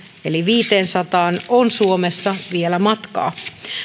eli viiteensataan on suomessa vielä matkaa